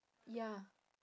ya